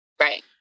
Right